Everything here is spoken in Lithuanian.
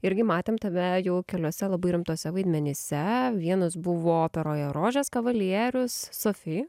irgi matėm tave jau keliuose labai rimtuose vaidmenyse vienas buvo operoje rožės kavalierius sofi